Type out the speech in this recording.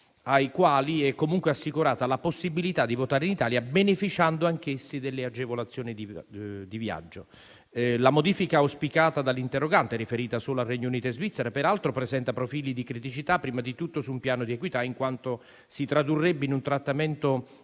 ai quali è comunque assicurata la possibilità di votare in Italia, beneficiando anch'essi delle agevolazioni di viaggio. La modifica auspicata dall'interrogante, riferita solo a Regno Unito e Svizzera, peraltro presenta profili di criticità prima di tutto su un piano di equità, in quanto si tradurrebbe in un trattamento